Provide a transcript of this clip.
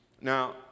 Now